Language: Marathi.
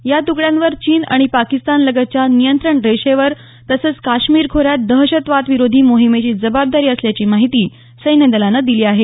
या तुकड्यांवर चीन आणि पाकिस्तानलगतच्या नियंत्रण रेषेवर तसंच काश्मीर खोऱ्यात दहशतवादविरोधी मोहिमेची जबाबदारी असल्याची माहिती सैन्यदलानं दिली आहे